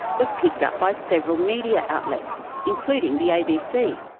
was picked up by several media outlets, including the abc.